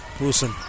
Wilson